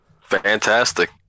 fantastic